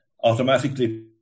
automatically